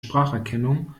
spracherkennung